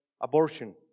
abortion